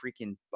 freaking